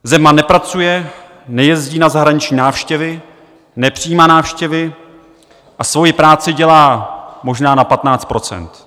Zeman nepracuje, nejezdí na zahraniční návštěvy, nepřijímá návštěvy a svoji práci dělá možná na 15 procent.